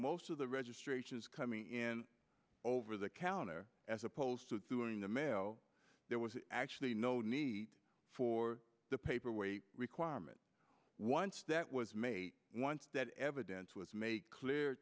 most of the registrations coming in over the counter as opposed to doing the mail there was actually no need for the paper weight requirement once that was made once that evidence was make clear